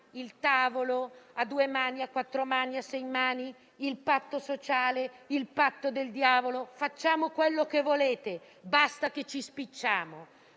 il tavolo, a due mani, a quattro mani, a sei mani, il patto sociale, il patto del diavolo? Facciamo quello che volete, basta che ci spicciamo,